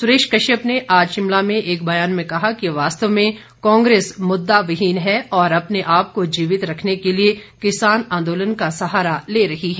सुरेश कश्यप ने आज शिमला में एक बयान में कहा कि वास्तव में कांग्रेस मुद्दा विहीन है और अपने आप को जीवित रखने के लिए किसान आंदोलन का सहारा ले रही है